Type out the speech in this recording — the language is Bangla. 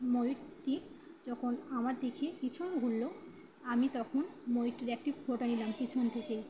ময়ূরটি যখন আমার দেখে পিছন ঘুরল আমি তখন ময়ূরটির একটি ফোটোটা নিলাম পিছন থেকে